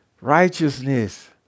Righteousness